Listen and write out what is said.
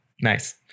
Nice